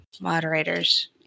moderators